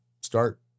start